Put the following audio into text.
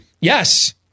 Yes